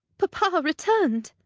papa returned!